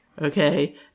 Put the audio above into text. Okay